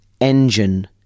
engine